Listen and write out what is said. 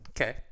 Okay